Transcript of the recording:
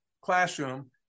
classroom